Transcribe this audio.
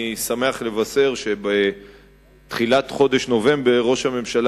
אני שמח לבשר שבתחילת חודש נובמבר ראש הממשלה